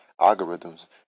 algorithms